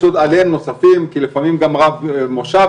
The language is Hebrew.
יש עוד עליהם נוספים כי לפעמים גם רב מושב,